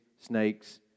snakes